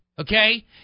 Okay